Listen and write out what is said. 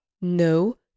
no